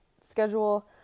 schedule